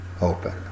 open